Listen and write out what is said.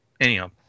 anyhow